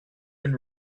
been